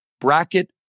Bracket